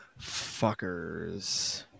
fuckers